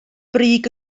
brig